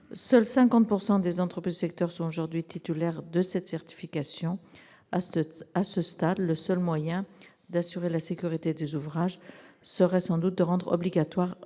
Seules 50 % des entreprises du secteur sont aujourd'hui titulaires de cette certification. À ce stade, le seul moyen d'assurer la sécurité des ouvrages serait de rendre obligatoire la certification